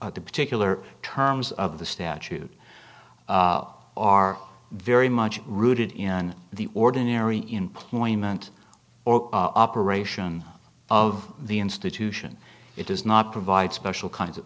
the particular terms of the statute are very much rooted in the ordinary employment or operation of the institution it does not provide special kinds of